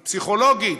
פסיכולוגית,